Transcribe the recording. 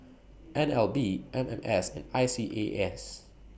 N L B M M S and I C A S